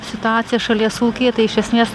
situaciją šalies ūkyje tai iš esmės